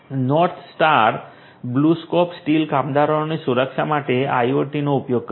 north Star BlueScope Steel કામદારોની સુરક્ષા માટે IoT નો ઉપયોગ કરે છે